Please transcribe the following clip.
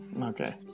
Okay